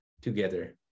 together